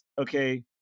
okay